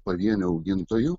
pavienių augintojų